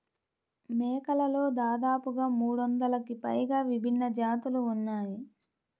మేకలలో దాదాపుగా మూడొందలకి పైగా విభిన్న జాతులు ఉన్నాయి